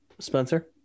Spencer